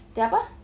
dia apa